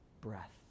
breath